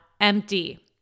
empty